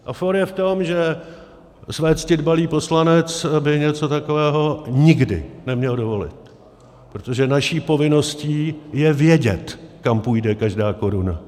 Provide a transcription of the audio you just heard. A fór je v tom, že své cti dbalý poslanec by něco takového nikdy neměl dovolit, protože naší povinností je vědět, kam půjde každá koruna.